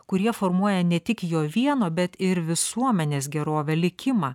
kurie formuoja ne tik jo vieno bet ir visuomenės gerovę likimą